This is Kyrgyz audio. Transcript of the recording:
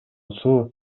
суу